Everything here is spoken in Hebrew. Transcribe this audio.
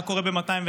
מה קורה ב-201?